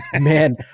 man